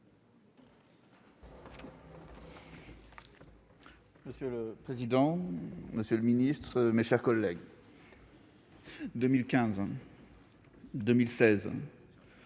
Monsieur le président, monsieur le ministre, mes chers collègues, le